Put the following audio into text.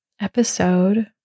episode